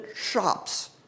shops